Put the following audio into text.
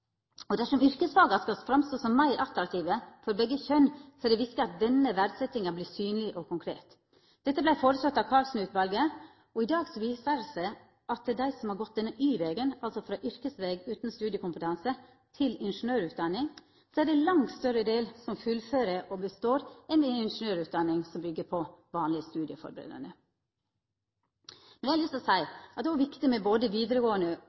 sak. Dersom yrkesfaga skal framstå som meir attraktive for begge kjønn, er det viktig at denne verdsetjinga vert synleg og konkret. Dette vart foreslått av Karlsen-utvalet. I dag viser det seg at for dei som har gått denne Y-vegen, altså frå yrkesfag utan studiekompetanse til ingeniørutdanning, er det ein langt større del som fullfører og består, enn ved ei ingeniørutdanning som byggjer på vanleg studieførebuande kompetanse. Så har eg lyst til å seia at det er viktig med både vidaregåande